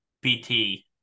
BT